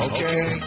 Okay